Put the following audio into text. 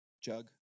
jug